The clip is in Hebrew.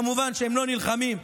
כמובן שהם לא נלחמים,